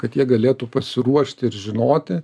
kad jie galėtų pasiruošti ir žinoti